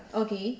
okay